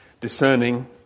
discerning